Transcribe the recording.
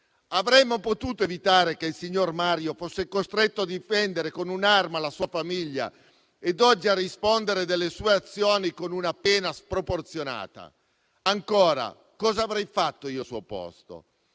Avremmo potuto evitare che il signor Mario fosse costretto a difendere con un'arma la sua famiglia e oggi a rispondere delle sue azioni con una pena sproporzionata. Ancora, cosa avrei fatto io al suo posto?